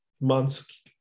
months